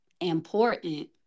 important